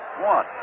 one